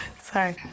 Sorry